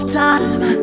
time